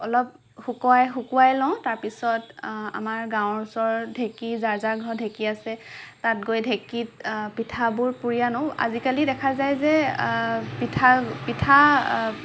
অলপ শুকুৱাই শুকুৱাই লওঁ তাৰ পিছত আমাৰ গাঁৱৰ ওচৰ ঢেঁকী যাৰ যাৰ ঘৰত ঢেঁকী আছে তাত গৈ ঢেঁকীত পিঠাবোৰ পুৰি আনোঁ আজিকালি দেখা যায় যে পিঠা পিঠা